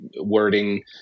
wording